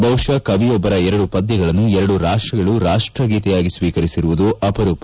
ಬಹುಶಃ ಕವಿಯೊಬ್ಬರ ಎರಡು ಪದ್ಲಗಳನ್ನು ಎರಡು ರಾಷ್ಷಗಳು ರಾಷ್ಷಗೀತೆಯಾಗಿ ಸ್ವೀಕರಿಸಿರುವುದು ಅಪರೂಪ